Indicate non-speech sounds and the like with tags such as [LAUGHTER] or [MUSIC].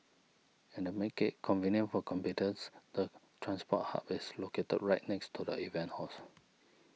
and to make it convenient for [UNINTELLIGIBLE] the transport hub is located right next to the event halls